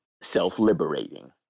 self-liberating